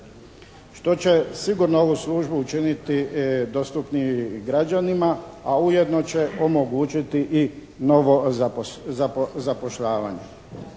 što će sigurno ovu službu učiniti dostupniju građanima a ujedno će omogućiti i novo zapošljavanje.